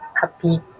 happy